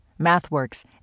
MathWorks